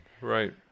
Right